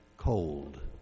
Cold